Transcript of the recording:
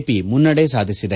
P ಮುನ್ನಡೆ ಸಾಧಿಸಿದೆ